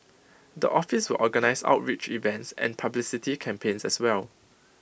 the office will organise outreach events and publicity campaigns as well